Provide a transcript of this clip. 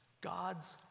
God's